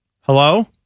Hello